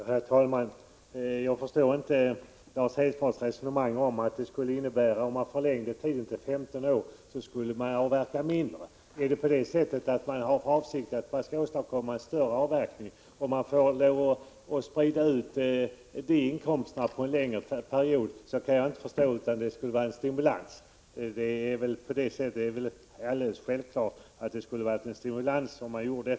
Herr talman! Jag förstår inte Lars Hedfors resonemang om att en förlängning av tiden till 15 år skulle innebära att man avverkade mindre. Om avsikten är att åstadkomma en större avverkning, då kan jag inte förstå annat än att möjligheten att sprida inkomsterna över en längre period skulle innebära en stimulans. Det skulle alldeles självklart stimulera till en ökad avverkning.